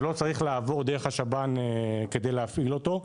שלא צריך לעבור דרך השב"ן כדי להפעיל אותו,